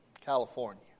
California